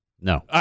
No